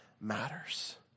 matters